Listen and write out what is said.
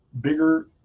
bigger